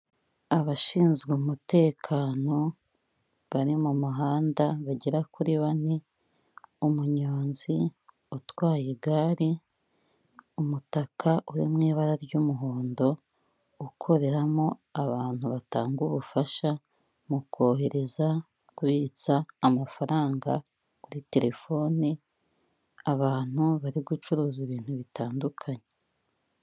Abashinzwe umutekano, bari mu muhanda, bagera kuri bane, umunyonzi utwaye igare, umutaka uri mu ibara ry'umuhondo ukoreramo abantu batanga ubufasha mu kohereza, kubitsa amafaranga kuri telefoni, abantu bari gucuruza ibintu bitandukanye.